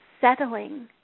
settling